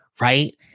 right